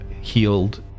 healed